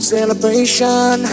Celebration